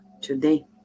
Today